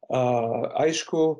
a aišku